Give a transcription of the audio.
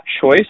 choice